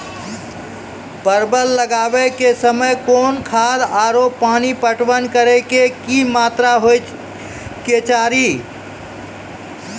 परवल लगाबै के समय कौन खाद आरु पानी पटवन करै के कि मात्रा होय केचाही?